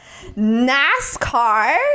nascar